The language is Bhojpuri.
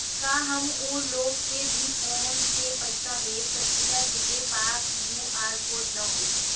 का हम ऊ लोग के भी फोन से पैसा भेज सकीला जेकरे पास क्यू.आर कोड न होई?